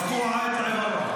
גלעד,